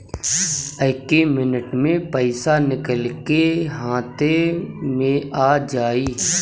एक्के मिनट मे पईसा निकल के हाथे मे आ जाई